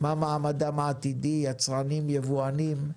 מה מעמדם העתידי, יצרנים, יבואנים.